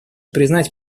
признать